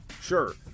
sure